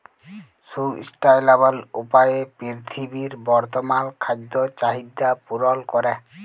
sustainable উপায়ে পীরথিবীর বর্তমাল খাদ্য চাহিদ্যা পূরল ক্যরে